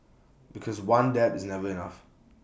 because one dab is never enough